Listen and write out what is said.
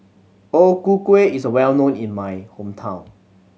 O Ku Kueh is well known in my hometown